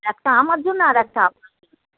একটা আমার জন্য আর একটা আপনার জন্য